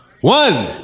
one